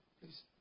please